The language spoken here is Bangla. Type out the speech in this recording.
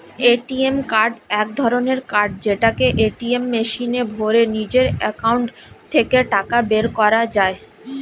এ.টি.এম কার্ড এক ধরণের কার্ড যেটাকে এটিএম মেশিনে ভরে নিজের একাউন্ট থেকে টাকা বের করা যায়